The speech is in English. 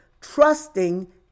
trusting